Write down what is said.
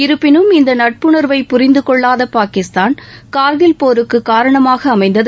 இருப்பினும் இந்த நட்புணா்வை புரிந்து கொள்ளாத பாகிஸ்தான் காா்கில் போருக்கு காரணமாக அமைந்தது